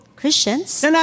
Christians